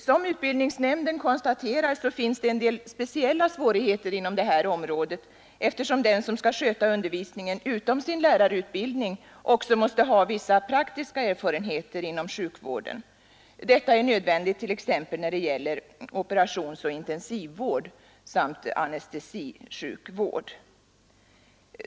Som utbildningsnämnden konstaterar finns det en del speciella svårigheter inom detta område, eftersom de som skall sköta undervisningen utom sin lärarutbildning också måste ha vissa praktiska erfarenheter inom sjukvården. Detta är nödvändigt t.ex. när det gäller operationsoch intensivvård samt anestesisjukvård.